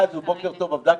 בוקר טוב.